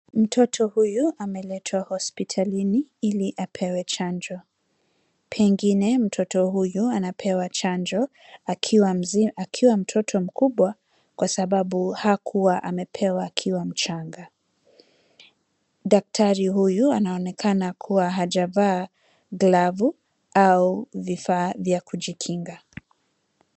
Mtoto huyu ameletwa hospitalini ili apewe chanjo. Pengine mtoto huyu anapewa chanjo akiwa mtoto mkubwa kwa sababu hakua amepewa akiwa mchanga. Daktari huyu anaonekana kuwa hajavaa glavu au vifaa vya kujikinga.